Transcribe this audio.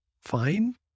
fine